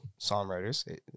songwriters